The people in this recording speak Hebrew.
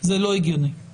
אין טעם להגביל בשדה